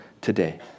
today